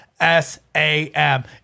S-A-M